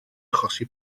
achosi